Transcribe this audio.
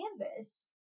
canvas